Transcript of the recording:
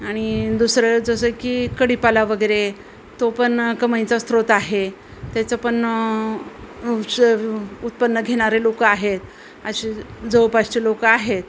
आणि दुसरं जसं की कढीपाला वगैरे तो पण कमाईचा स्रोत आहे त्याचं पण उत्पन्न घेणारे लोक आहेत असे जवळपासचे लोक आहेत